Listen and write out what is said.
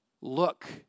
Look